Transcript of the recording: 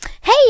hey